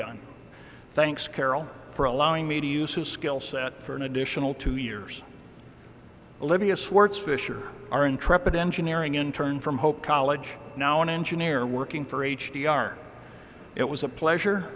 done thanks carol for allowing me to use his skill set for an additional two years olivia swartz fisher our intrepid engineering in turn from hope college now an engineer working for h d r it was a pleasure